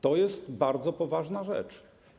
To jest bardzo poważna rzecz.